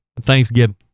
Thanksgiving